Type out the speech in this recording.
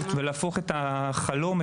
ולהפוך את החלום,